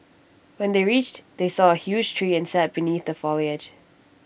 when they reached they saw A huge tree and sat beneath the foliage